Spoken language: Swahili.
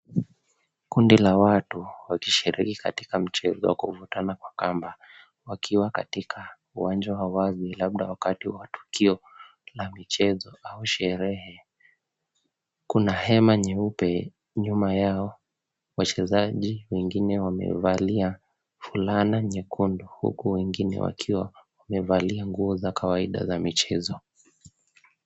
Kundi la watu wakishiriki katika mchezo wa kuvutana kwa kamba wakiwa katika uwanja wa wazi labda wakati wa tukio la michezo au sherehe. Kuna hema nyeupe nyuma yao, wachezaji wengine wamevalia fulana nyekundu huku wengine wakiwa wamevalia nguo za kawaida za michezo.